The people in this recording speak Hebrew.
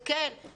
זה כן.